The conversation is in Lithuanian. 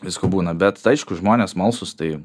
visko būna bet aišku žmonės smalsūs tai